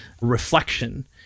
reflection